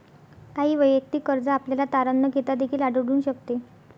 काही वैयक्तिक कर्ज आपल्याला तारण न घेता देखील आढळून शकते